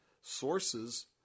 sources